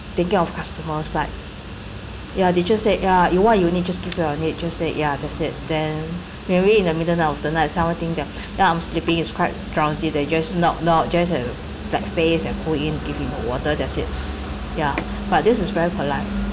thinking of customer side ya did you say ya what you need just give me your need just say ya that's it then maybe in the middle of the night someone think that then I'm sleepy it's quite drowsy they just knock knock just uh black face and put in give you the water that's it ya but this is very polite